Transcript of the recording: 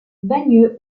bagneux